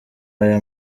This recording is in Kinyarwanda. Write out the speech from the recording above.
aya